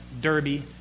Derby